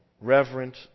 reverent